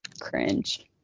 cringe